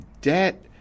Debt